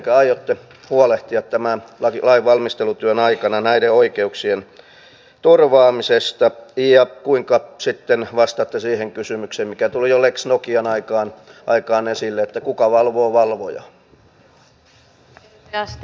mitenkä aiotte huolehtia tämän lain valmistelutyön aikana näiden oikeuksien turvaamisesta ja kuinka sitten vastaatte siihen kysymykseen mikä tuli jo lex nokian aikaan esille että kuka valvoo valvojaa